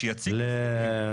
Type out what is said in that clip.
שיציגו נתונים.